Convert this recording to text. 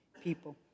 people